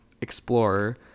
Explorer